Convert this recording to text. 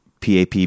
PAP